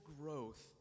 growth